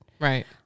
Right